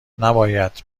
نباید